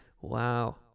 wow